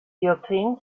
dioptrien